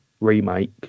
remake